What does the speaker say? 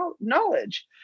knowledge